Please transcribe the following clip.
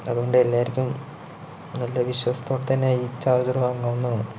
അതുകൊണ്ട് എല്ലാവർക്കും നല്ല വിശ്വാസത്തോടെതന്നെ ഈ ചാർജ്ജർ വാങ്ങാവുന്നതാണ്